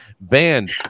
banned